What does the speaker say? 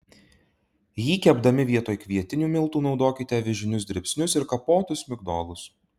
jį kepdami vietoj kvietinių miltų naudokite avižinius dribsnius ir kapotus migdolus